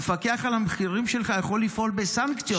המפקח על המחירים שלך יכול לפעול בסנקציות.